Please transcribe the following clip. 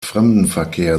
fremdenverkehr